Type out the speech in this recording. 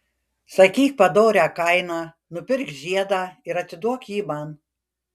sakyk padorią kainą nupirk žiedą ir atiduok jį man